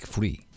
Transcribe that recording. Free